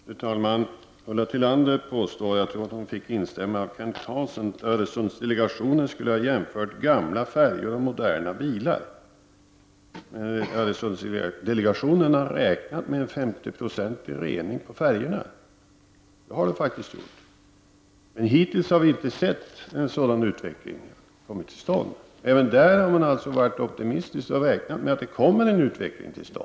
Fru talman! Ulla Tillander påstår, med instämmande av Kent Carlsson, att Öresundsdelegationen skulle ha gjort en jämförelse mellan gamla färjor och moderna bilar. Öresundsdelegationen har räknat med en femtioprocentig rening av utsläppen från färjorna, men hittills har vi inte sett en sådan utveckling. Även på den punkten har man alltså varit optimistisk och räknat med en sådan utveckling.